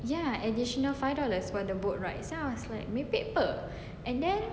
ya additional five dollars for the boat rides then I was like [pe] and then